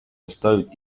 оставить